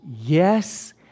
yes